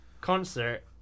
concert